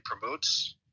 promotes